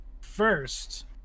first